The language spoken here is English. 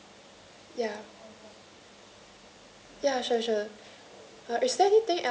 ya ya sure sure